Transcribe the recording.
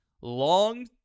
long